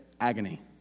agony